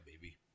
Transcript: baby